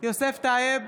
יוסף טייב,